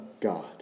God